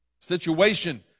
situation